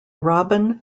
robin